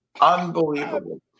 Unbelievable